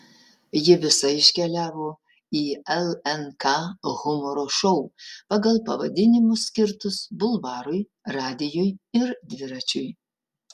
ji visa iškeliavo į lnk humoro šou pagal pavadinimus skirtus bulvarui radijui ir dviračiui